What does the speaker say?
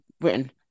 written